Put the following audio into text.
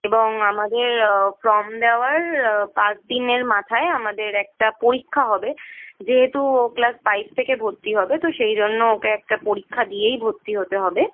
এবং আমাদের ফর্ম দেওয়ার পাঁচ দিনের মাথায় আমাদের একটা পরীক্ষা হবে যেহেতু ও ক্লাস ফাইভ থেকে ভর্তি হবে তো সেই জন্য ওকে একটা পরীক্ষা দিয়েই ভর্তি হতে হবে